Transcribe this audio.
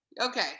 Okay